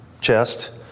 chest